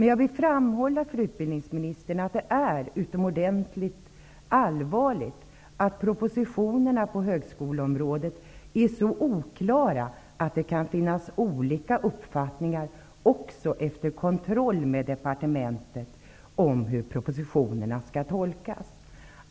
Jag vill framhålla för utbildningsministern att det är utomordentligt allvarligt att propositionerna på högskoleområdet är så oklara, att det kan finnas olika uppfattningar också efter kontroll med departementet om hur propositionerna skall tolkas.